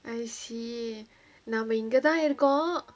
I see நாம இங்கதா இருக்கோ:naama ingatha irukko